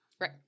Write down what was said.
Right